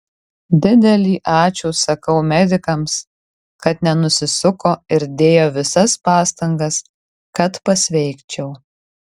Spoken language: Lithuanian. didelį ačiū sakau medikams kad nenusisuko ir dėjo visas pastangas kad pasveikčiau